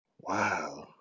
Wow